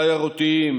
תיירותיים,